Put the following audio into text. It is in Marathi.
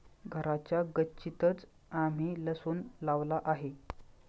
घराच्या गच्चीतंच आम्ही लसूण लावला आहे